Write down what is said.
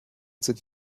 sind